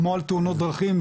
כמו על תאונות דרכים,